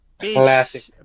Classic